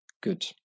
Good